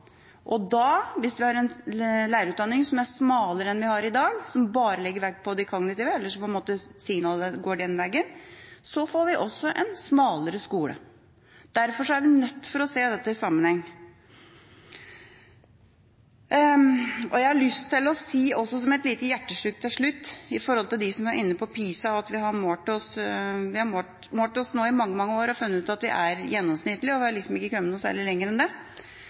som bare legger vekt på det kognitive, eller hvor signalet på en måte går den vegen, så får vi også en smalere skole. Derfor er vi nødt til å se dette i sammenheng. Jeg har også lyst til å si som et lite hjertesukk til slutt i forhold til dem som er inne på PISA og at vi har målt oss i mange, mange år og funnet ut at vi er gjennomsnittlig og har liksom ikke kommet noe særlig lenger enn det: